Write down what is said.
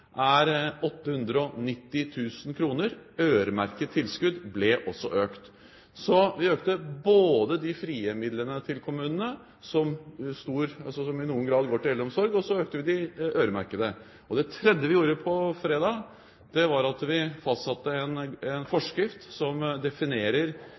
er 890 000 kr. Øremerket tilskudd ble også økt. Vi økte altså de frie midlene til kommunene, som i noen grad går til eldreomsorg, og vi økte de øremerkede. Det tredje vi gjorde på fredag, var at vi fastsatte en